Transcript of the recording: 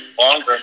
longer